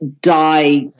die